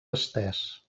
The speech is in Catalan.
estès